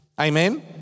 Amen